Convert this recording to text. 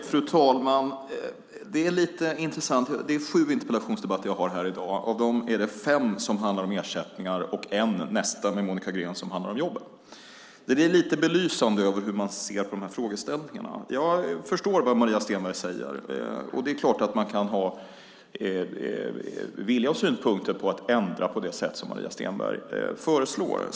Fru talman! Det är intressant att av de sju interpellationsdebatter jag har här i dag handlar fem om ersättningar och en - nästa med Monica Green - om jobben. Det är lite belysande när det gäller hur man ser på de här frågeställningarna. Jag förstår vad Maria Stenberg säger. Det är klart att man kan ha synpunkter och vilja ändra på det sätt som Maria Stenberg föreslår.